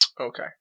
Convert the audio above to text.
Okay